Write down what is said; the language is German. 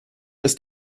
ist